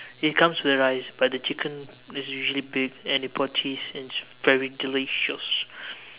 it comes with rice but the chicken is usually big and they pour cheese and it's very delicious